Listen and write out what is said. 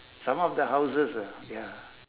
some of the houses ah ya